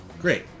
Great